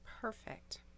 Perfect